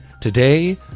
Today